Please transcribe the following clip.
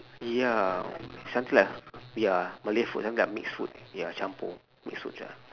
ya something like ya malay food then they're mixed food ya campur mixed food ya